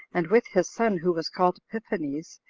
and with his son, who was called epiphanes,